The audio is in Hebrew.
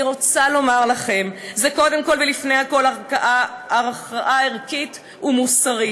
אני רוצה לומר לכם: זה קודם כול ולפני הכול הכרעה ערכית ומוסרית,